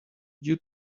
due